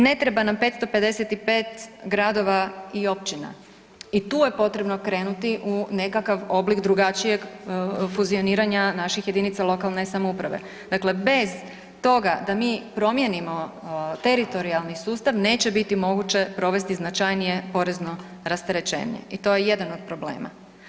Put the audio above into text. Ne treba nam 555 gradova i općina i tu je potrebno krenuti u nekakav oblik drugačije fuzioniranja naših jedinica lokalne samouprave, dakle bez toga da mi promijenimo teritorijalni sustav neće biti moguće provesti značajnije porezno rasterećenje i to je jedan od problema.